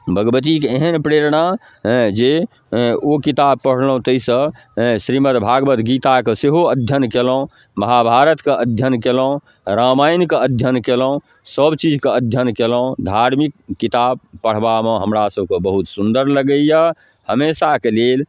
भगवतीके एहन प्रेरणा हेँ जे हेँ ओ किताब पढ़लहुँ ताहिसँ हेँ श्रीमद्भागवत गीताके सेहो अध्ययन कएलहुँ महाभारतके अध्ययन कएलहुँ रामायणके अध्ययन कएलहुँ सबचीजके अध्ययन कएलहुँ धार्मिक किताब पढ़बामे हमरा सभके बहुत सुन्दर लगैए हमेशाके लेल